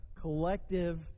collective